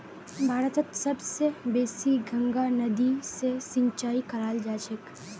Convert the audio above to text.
भारतत सब स बेसी गंगा नदी स सिंचाई कराल जाछेक